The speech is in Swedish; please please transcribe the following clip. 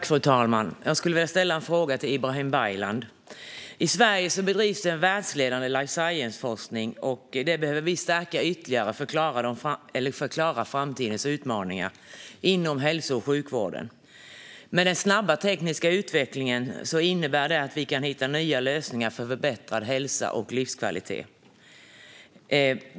Fru talman! Jag skulle vilja ställa en fråga till Ibrahim Baylan. I Sverige bedrivs det en världsledande life science-forskning. Den behöver vi stärka ytterligare för att klara framtidens utmaningar inom hälso och sjukvården. Med den snabba tekniska utvecklingen innebär det att vi kan hitta nya lösningar för förbättrad hälsa och livskvalitet.